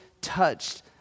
touched